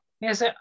Yes